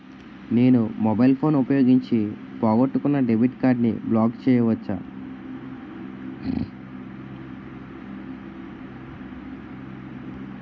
నేను mobile phone ఉపయోగించి పోగొట్టుకున్న డెబిట్ కార్డ్ని బ్లాక్ చేయవచ్చా?